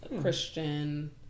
Christian